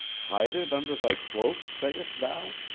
hide it under thy cloak, sayest thou?